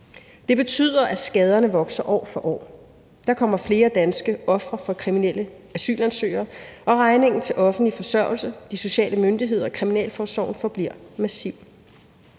Det betyder, at skaderne vokser år for år: Der kommer flere danske ofre for kriminelle asylansøgere, og regningen til offentlig forsørgelse, de sociale myndigheder og kriminalforsorgen forbliver massiv.